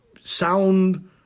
sound